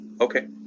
okay